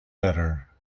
better